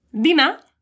Dina